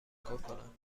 کنم